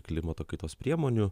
klimato kaitos priemonių